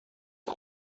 این